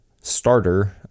starter